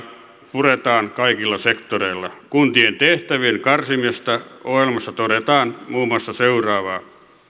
puretaan kaikilla sektoreilla kuntien tehtävien karsimisesta ohjelmassa todetaan muun muassa seuraavaa